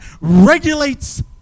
regulates